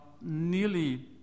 nearly